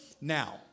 now